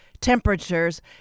temperatures